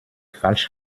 falsch